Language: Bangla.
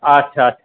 আচ্ছা আচ্ছা